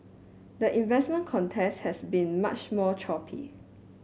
the investment contest has been much more choppy